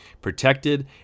protected